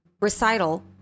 recital